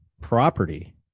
property